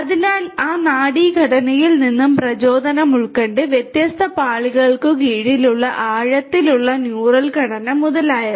അതിനാൽ ആ നാഡീ ഘടനയിൽ നിന്നും പ്രചോദനം ഉൾക്കൊണ്ട് വ്യത്യസ്ത പാളികൾക്കു കീഴിലുള്ള ആഴത്തിലുള്ള ന്യൂറൽ ഘടന മുതലായവ